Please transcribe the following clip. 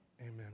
Amen